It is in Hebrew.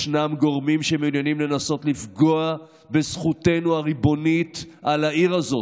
ישנם גורמים שמעוניינים לנסות לפגוע בזכותנו הריבונית על העיר הזאת.